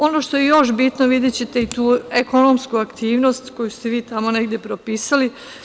Ono što je još bitno, videćete i tu ekonomsku aktivnost koju ste vi tamo negde propisali.